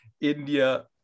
India